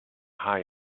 high